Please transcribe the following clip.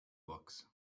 books